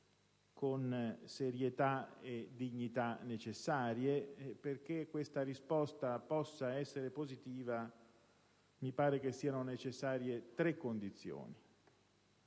con la serietà e la dignità necessarie, e perché questa risposta possa essere positiva mi sembra siano necessarie tre condizioni.